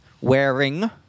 wearing